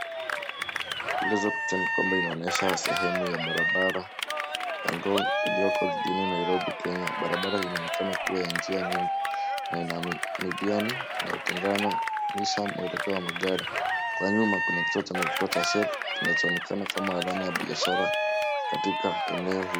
Kueleza picha ni kwamba inaonyesha sehemu ya barabara ya ngong iliyoko jijini Nairobi Kenya. Barabara hii inaonekana kuwa ya njia nyingi na ina milia inayotenganisha mwelekeo wa magari. Kwa nyuma kuna kituo cha mafuta cha, shell, kinachoonekana kama alama ya biashara katika eneo hili.